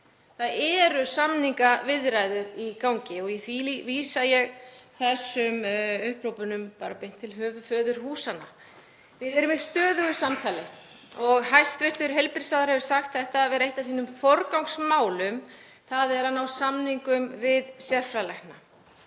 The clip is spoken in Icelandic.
Það eru samningaviðræður í gangi og því vísa ég þessum upphrópunum bara beint til föðurhúsanna. Við erum í stöðugu samtali og hæstv. heilbrigðisráðherra hefur sagt þetta vera eitt af sínum forgangsmálum, þ.e. að ná samningum við sérfræðilækna.